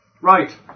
Right